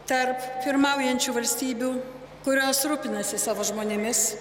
tarp pirmaujančių valstybių kurios rūpinasi savo žmonėmis